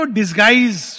disguise